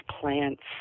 plants